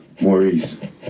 Maurice